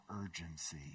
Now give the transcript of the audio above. urgency